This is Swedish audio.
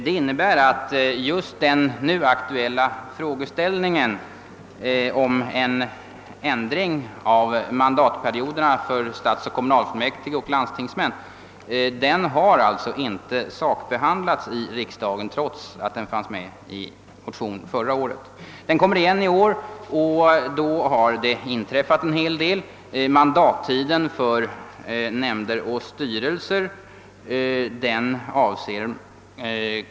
Det innebär alltså att frågan om en ändring av mandattiderna för stadsoch kommunalfullmäktige och landstingsmän inte har sakbehandlats i riksdagen, trots att den fanns med i motionen förra året. När den kommer igen i år har en hel del inträffat under mellantiden.